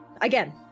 Again